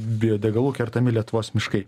biodegalų kertami lietuvos miškai